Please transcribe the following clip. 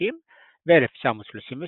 ו- 1933–1935.